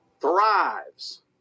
thrives